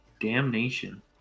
Damnation